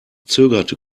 zögerte